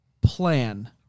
plan